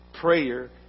prayer